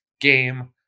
game